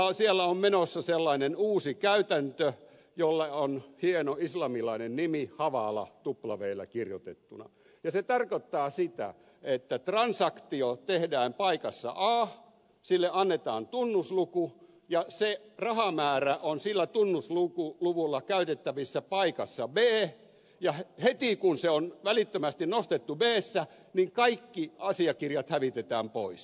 siellä on menossa sellainen uusi käytäntö jolle on hieno islamilainen nimi hawala ja se tarkoittaa sitä että transaktio tehdään paikassa a sille annetaan tunnusluku ja se rahamäärä on sillä tunnusluvulla käytettävissä paikassa b ja heti kun se on välittömästi nostettu bssä kaikki asiakirjat hävitetään pois